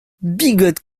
bigote